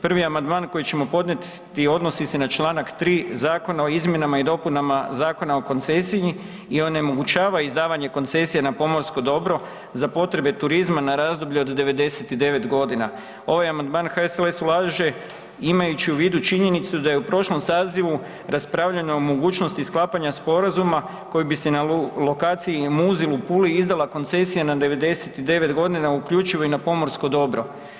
Prvi amandman koji ćemo podnijeti odnosi se na čl. 3. Zakona o izmjenama i dopunama Zakona o koncesiji i onemogućava izdavanje koncesije na pomorsko dobro za potrebe turizma na razdoblje od 99.g. Ovaj amandman HSLS ulaže imajući u vidu činjenicu da je u prošlom sazivu raspravljana o mogućnosti sklapanja sporazuma koji bi se na lokaciji Muzil u Puli izdala koncesija na 99.g. uključivo i na pomorsko dobro.